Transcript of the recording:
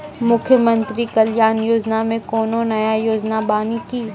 मुख्यमंत्री कल्याण योजना मे कोनो नया योजना बानी की?